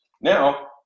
Now